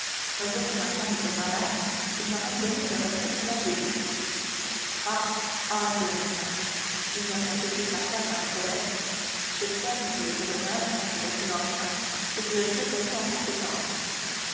un jour que ma femme était malade il m'a même donné une recette qui l'a guérie ah ah fit le médecin j'ignorais que j'eusse affaire à un collègue j'espère monsieur le gouverneur ajouta-t-il en riant que vous le traiterez en conséquence